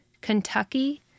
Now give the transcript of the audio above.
Kentucky